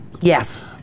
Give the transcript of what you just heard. Yes